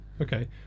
Okay